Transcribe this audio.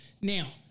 Now